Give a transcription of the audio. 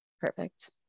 perfect